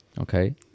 Okay